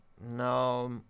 No